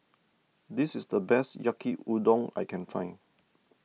this is the best Yaki Udon that I can find